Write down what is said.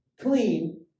clean